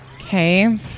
Okay